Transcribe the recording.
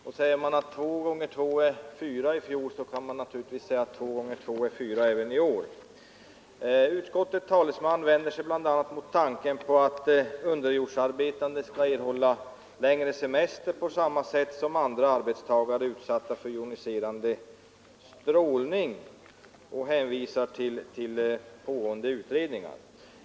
Sade man i fjol att två gånger två är lika med fyra kan man naturligtvis säga det även i år. Utskottets talesman vänder sig bl.a. mot tanken att underjordsarbetande skall erhålla längre semester, liksom andra arbetstagare som är utsatta för joniserande strålning. Han hänvisar därvid till pågående utredningar.